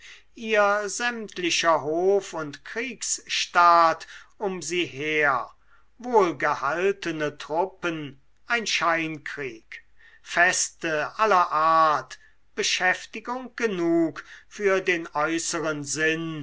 ihr sämtlicher hof und kriegsstaat um sie her wohlgehaltene truppen ein scheinkrieg feste aller art beschäftigung genug für den äußeren sinn